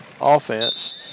offense